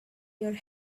your